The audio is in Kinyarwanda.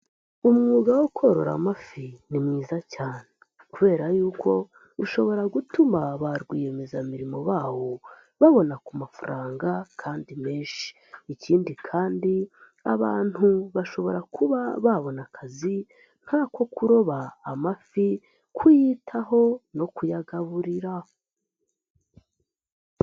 Umwuga wo korora amafi ni mwiza cyane, kubera yuko bishobora gutuma ba rwiyemezamirimo bawo babona ku mafaranga kandi menshi; ikindi kandi abantu bashobora kuba babona akazi nk'ako kuroba amafi, kuyitaho no kuyagaburira.